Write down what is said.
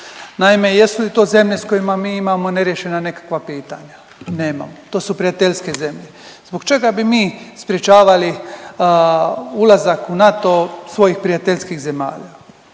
Naime, jesu li to zemlje s kojima mi imamo neriješena nekakva pitanja? Nemamo. To su prijateljske zemlje. Zbog čega bi mi sprječavali ulazak u NATO svojih prijateljskih zemalja?